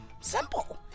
simple